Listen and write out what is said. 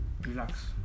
Relax